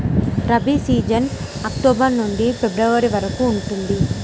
rabi season October నుండి ఫిబ్రవరి వరకు ఉంటుంది